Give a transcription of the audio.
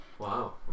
Wow